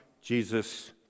Jesus